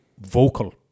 vocal